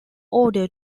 order